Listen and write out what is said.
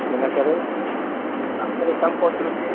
इन करे तव्हां